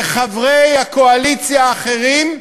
לחברי הקואליציה האחרים: